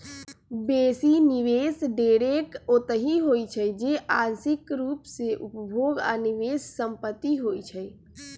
बेशी निवेश ढेरेक ओतहि होइ छइ जे आंशिक रूप से उपभोग आऽ निवेश संपत्ति होइ छइ